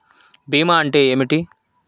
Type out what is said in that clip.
భీమా అంటే ఏమిటి?